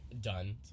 done